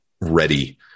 ready